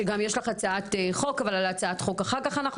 שגם יש לך הצעת חוק אבל על הצעת החוק נדבר אחר-כך.